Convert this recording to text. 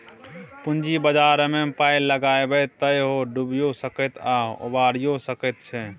पूंजी बाजारमे पाय लगायब तए ओ डुबियो सकैत छै आ उबारियौ सकैत छै